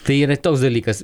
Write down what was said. tai yra ir toks dalykas